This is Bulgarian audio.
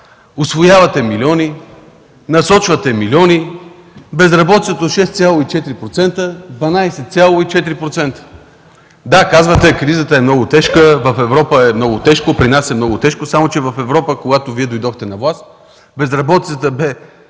усвоявате милиони, насочвате милиони, а безработицата от 6,4% е 12,4%! Да, казвате: „Кризата е много тежка, в Европа е много тежко, при нас е много тежко”, само че в Европа, когато Вие дойдохте на власт, безработицата беше